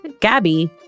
Gabby